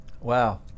Wow